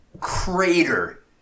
crater